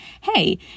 hey